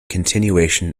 continuation